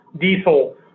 diesel